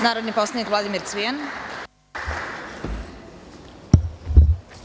Narodni poslanik Vladimir Cvijan ima reč.